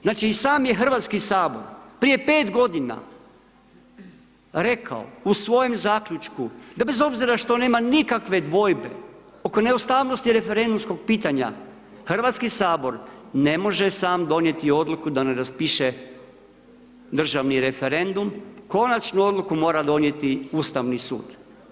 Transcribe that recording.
Znači i sam je Hrvatski sabor prije 5 godina rekao u svojem zaključku da bez obzira što nema nikakve dvojbe oko neustavnosti referendumskog pitanja Hrvatski sabor ne može sam donijeti odluku da ne raspiše državni referendum, konačnu odluku mora donijeti Ustavni sud.